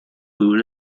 food